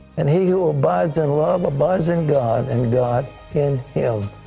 and he who abides in love abides in god, and god in him.